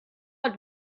had